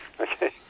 Okay